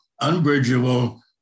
unbridgeable